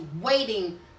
waiting